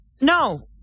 No